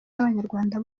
n’abanyarwanda